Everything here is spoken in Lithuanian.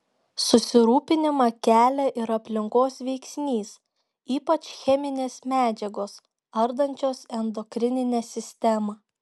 susirūpinimą kelia ir aplinkos veiksnys ypač cheminės medžiagos ardančios endokrininę sistemą